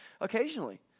Occasionally